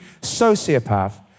sociopath